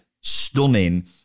stunning